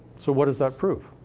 so what does that prove?